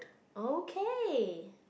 okay